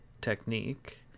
technique